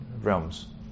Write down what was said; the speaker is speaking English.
realms